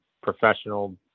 professional